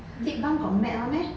lip balm got matte one meh